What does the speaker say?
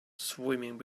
swimming